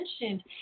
mentioned